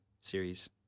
series